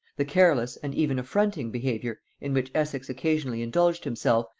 the careless and even affronting behaviour in which essex occasionally indulged himself,